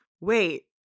wait